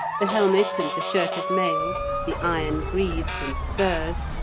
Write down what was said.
the helmet and the shirt of mail, the iron greaves and spurs,